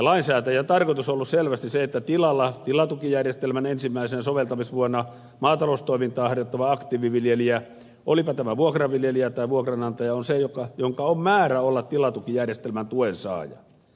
lainsäätäjän tarkoitus on ollut selvästi se että tilalla tilatukijärjestelmän ensimmäisenä soveltamisvuonna maataloustoimintaa harjoittava aktiiviviljelijä olipa tämä vuokraviljelijä tai vuokranantaja on se jonka on määrä olla tilatukijärjestelmän tuensaaja